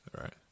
Right